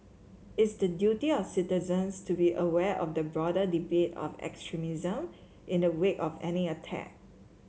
it's the duty of citizens to be aware of the broader debate of extremism in the wake of any attack